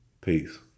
Peace